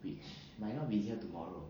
which might not be here tomorrow